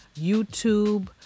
YouTube